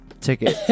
ticket